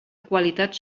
qualitat